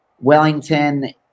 Wellington